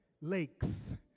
lakes